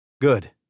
Good